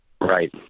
Right